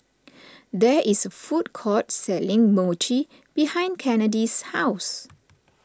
there is food court selling Mochi behind Kennedi's house